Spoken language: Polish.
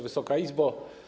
Wysoka Izbo!